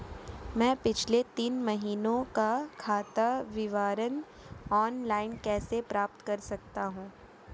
मैं पिछले तीन महीनों का खाता विवरण ऑनलाइन कैसे प्राप्त कर सकता हूं?